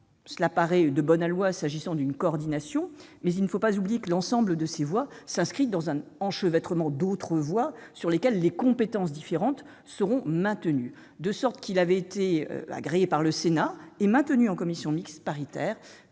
Cela paraît de bon aloi s'agissant d'une coordination. Mais, il ne faut pas l'oublier, l'ensemble de ces voies s'inscrivent dans un enchevêtrement d'autres voies sur lesquelles les compétences différentes seront maintenues. Ainsi, il avait été agréé par le Sénat, disposition maintenue en commission mixte paritaire,